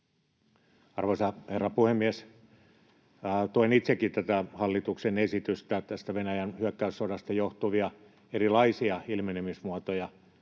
Arvoisa herra puhemies! Tuen itsekin tätä hallituksen esitystä. Venäjän hyökkäyssodasta johtuvia erilaisia ilmenemismuotoja